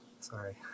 Sorry